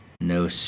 no